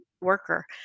worker